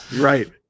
right